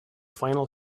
final